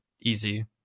Easy